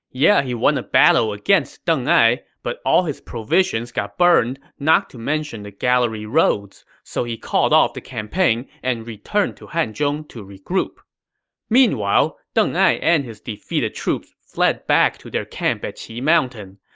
yeah he won a battle against deng ai, but all his provisions got burned, not to mention the gallery roads. so he called off the campaign and returned to hanzhong to regroup meanwhile, deng ai and his defeated troops fled back to their camp at qi mountain.